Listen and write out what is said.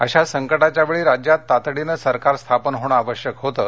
अशा संकटाच्यावेळी राज्यात तातडीनं सरकार स्थापन होणं आवश्यक होतं